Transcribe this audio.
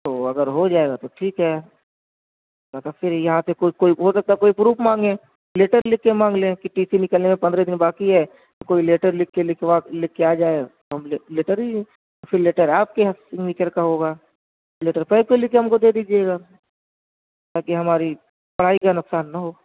تو اگر ہو جائے گا تو ٹھیک ہے نہ تو پھر یہاں سے کچھ کوئی ہو سکتا ہے کہ کوئی پروف مانگے لیٹر لِکھ کے مانگ لیں کہ ٹی سی نکلنے میں پندرہ دِن باقی ہے کوئی لیٹر لِکھ کے لِکھوا لِکھ کے آ جائے ہم لے لیٹر ہی پھر لیٹر آپ کے سگنیچر کا ہوگا لیٹر پیڈ پہ لِکھ کر ہم کو دے دیجئے گا تاکہ ہماری پڑھائی کا نقصان نہ ہو